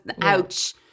ouch